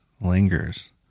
lingers